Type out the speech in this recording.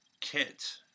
kit